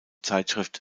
zeitschrift